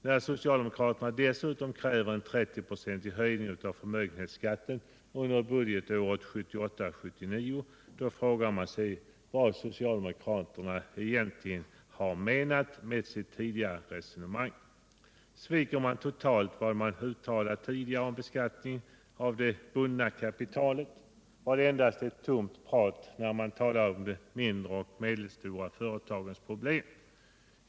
När socialdemokraterna dessutom kräver en 30-procentig höjning av förmögenhetsskatten under budgetåret 1978/79, frågar man sig vad socialdemokraterna egentligen har menat med sit! tidigare resonemang. Struntar man totalt i vad man tidigare uttalat om beskattning av det bundna kapitalet? Var det endast tomt prat när man talade om de mindre och medelstora företagens problem?